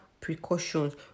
Precautions